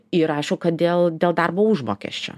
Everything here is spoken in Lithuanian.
ir aišku kad dėl dėl darbo užmokesčio